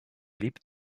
blieb